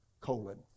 Colon